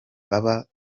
baba